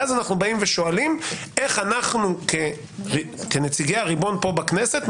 ואז אנו שואלים איך אנו כנציגי הריבון פה בכנסת,